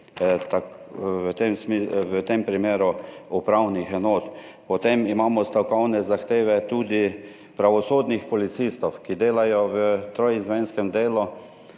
v tem primeru upravnih enot. Potem imamo tudi stavkovne zahteve pravosodnih policistov, ki delajo v troizmenskem delu